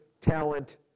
talent